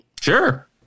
Sure